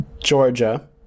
Georgia